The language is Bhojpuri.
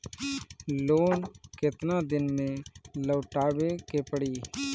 लोन केतना दिन में लौटावे के पड़ी?